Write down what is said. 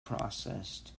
processed